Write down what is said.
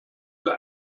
für